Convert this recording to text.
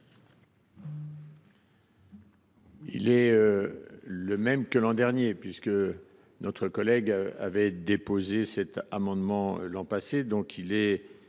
Il est le même que l’an dernier, puisque notre collègue avait déjà déposé cet amendement : demande